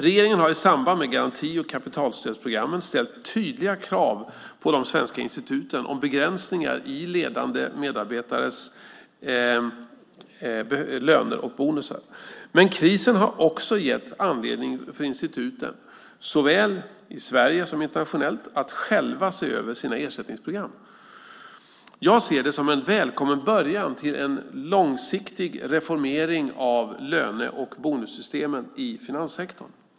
Regeringen har i samband med garanti och kapitalstödsprogrammen ställt tydliga krav på de svenska instituten om begränsningar i ledande medarbetares löner och bonusar. Men krisen har också gett anledning för instituten, såväl i Sverige som internationellt, att själva se över sina ersättningsprogram. Jag ser det som en välkommen början till en långsiktig reformering av löne och bonussystemen i finanssektorn.